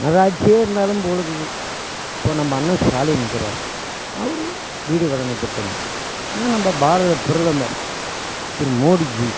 மன்னர் ஆட்சியே இருந்தாலும் போலுக்குறது இப்போ நம்ம அண்ணன் ஸ்டாலின் இருக்கிறாரு அவர் வீடு வழங்கும் திட்டங்கள் ஏன் நம்ம பாரத பிரதமர் திரு மோடிஜி